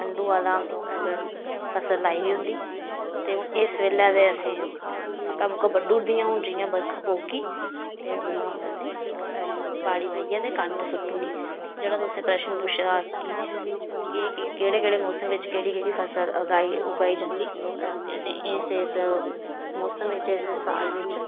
ठंडू आह्ला उ'यै फसल लाई दी होंदी ते हून इस बेल्लै ते असें मक्कां मुक्कां बड्डू उड़ी दियां हून जियां बरखा पौगी ते उ'यां गै असें बाड़ी बाहियै ते कनक सुट्टू उड़नी ते जेह्ड़ा तुसें प्रश्न पुच्छे दा कि केह् केह् केह्ड़े केह्ड़े मौसम बिच्च केह्ड़ी केह्ड़ी फसल अगाई उगाई जंदी ते असें इस इस मौसम बिच्च इस इस साल बिच्च